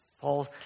Paul